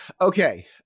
Okay